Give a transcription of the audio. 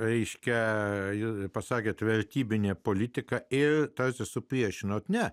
aiškiai pasakėte vertybinė politika ir tarsi supriešinote ne